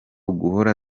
guhora